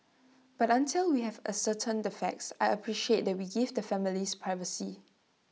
but until we have ascertained the facts I appreciate that we give the families privacy